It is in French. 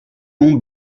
m’ont